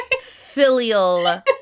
Filial